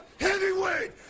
heavyweight